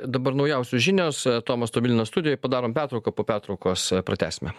dabar naujausios žinios tomas tomilinas studijoje padarom pertrauką po pertraukos pratęsime